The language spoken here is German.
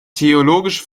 theologische